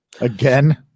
Again